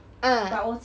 ah